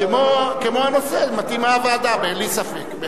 כמו הנושא, מתאימה הוועדה, בלי ספק.